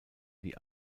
die